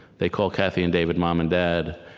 they call kathy and david mom and dad,